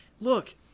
look